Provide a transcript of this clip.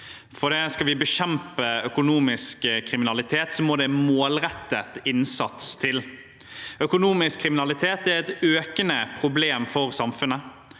for skal vi bekjempe økonomisk kriminalitet, må det målrettet innsats til. Økonomisk kriminalitet er et økende problem for samfunnet.